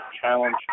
Challenge